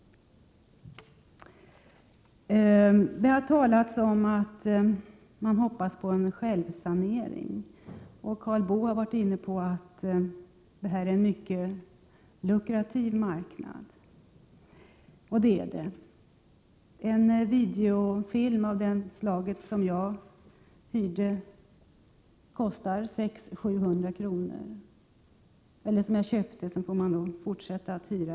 Det har talats om att man hoppas på en självsanering. Karl Boo har varit inne på att det här är en mycket lukrativ marknad, och det är det. En videofilm av det slag som jag köpte kostar 600-700 kr.